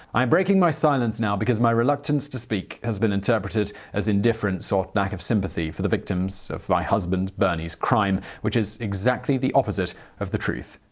i am breaking my silence now because my reluctance to speak has been interpreted as indifference or lack of sympathy for the victims of my husband bernie's crime, which is exactly the opposite of the truth.